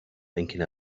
thinking